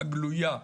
הגלויה.